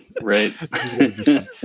Right